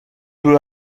peu